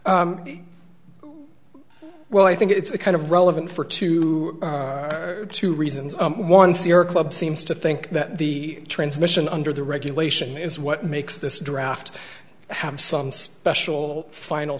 well i think it's kind of relevant for two two reasons one sierra club seems to think that the transmission under the regulation is what makes this draft have some special final